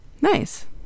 Nice